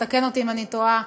תקן אותי אם אני טועה,